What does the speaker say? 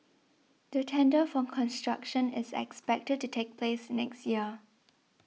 the tender for construction is expected to take place next year